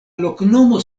loknomo